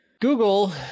Google